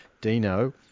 Dino